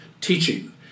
teaching